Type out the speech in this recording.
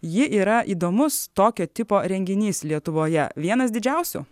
ji yra įdomus tokio tipo renginys lietuvoje vienas didžiausių